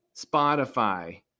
Spotify